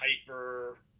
hyper